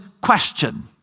question